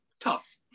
tough